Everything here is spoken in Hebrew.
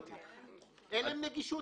אין להם נגישות.